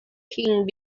king